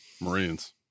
Marines